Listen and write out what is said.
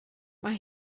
mae